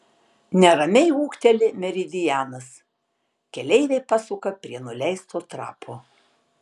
neramiai ūkteli meridianas keleiviai pasuka prie nuleisto trapo